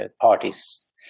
parties